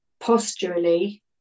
posturally